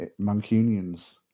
Mancunians